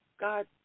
God